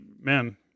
man